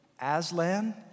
Aslan